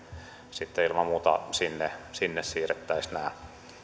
ajatellen ilman muuta sinne sinne siirrettäisiin nämä